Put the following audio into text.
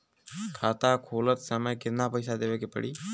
खाता खोलत समय कितना पैसा देवे के पड़ी?